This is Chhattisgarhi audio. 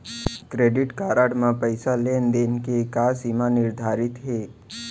क्रेडिट कारड म पइसा लेन देन के का सीमा निर्धारित हे?